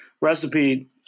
recipe